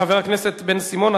חבר הכנסת בן-סימון,